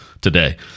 today